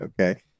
okay